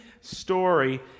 story